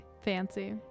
Fancy